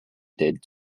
did